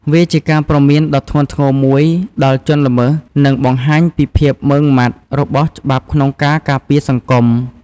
វាជាការព្រមានដ៏ធ្ងន់ធ្ងរមួយដល់ជនល្មើស និងបង្ហាញពីភាពម៉ឺងម៉ាត់របស់ច្បាប់ក្នុងការការពារសង្គម។